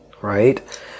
right